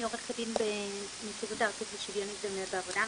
אני עורכת דין בנציבות הארצית לשוויון הזדמנויות בעבודה,